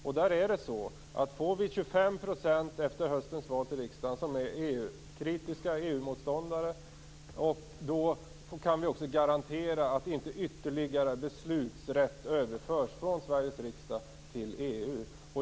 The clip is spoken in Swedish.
Då är det så att om vi får 25 % som är EU motståndare, EU-kritiska, efter höstens val, kan vi också garantera att inte ytterligare beslutsrätt överförs från Sveriges riksdag till EU.